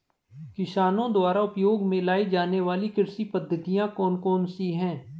किसानों द्वारा उपयोग में लाई जाने वाली कृषि पद्धतियाँ कौन कौन सी हैं?